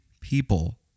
people